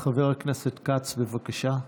חבר הכנסת כץ, בבקשה.